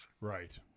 Right